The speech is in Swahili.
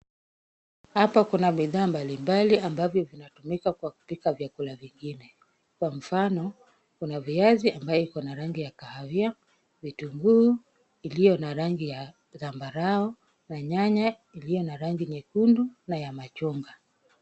Hapa kuna bidhaa mbalimbali ambazo zinatumika kwa kupika vyakula vingine. Kwa mfano, kuna viazi ambavyo viko na rangi ya kahawia, vitunguu vilivyo na rangi ya zambarau na nyanya iliyo na rangi nyekundu na ya machungwa.